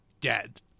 dead